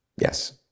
Yes